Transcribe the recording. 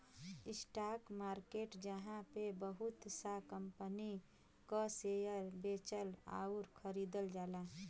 stock market जहाँ पे बहुत सा कंपनी क शेयर बेचल आउर खरीदल जाला